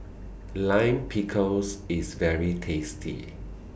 Lime Pickles IS very tasty